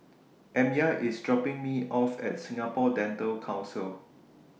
Amya IS dropping Me off At Singapore Dental Council